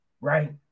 right